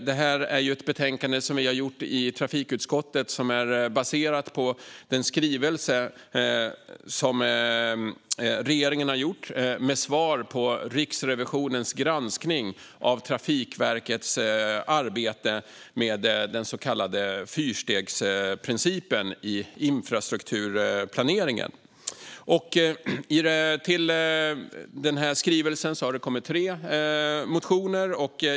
Detta är ett betänkande som vi har utarbetat i trafikutskottet och som är baserat på regeringens skrivelse med svar på Riksrevisionens granskning av Trafikverkets arbete med den så kallade fyrstegsprincipen i infrastrukturplaneringen. Till skrivelsen har det kommit tre motioner.